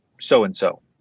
so-and-so